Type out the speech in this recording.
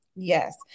Yes